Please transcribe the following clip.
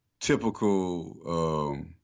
typical